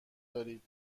دارین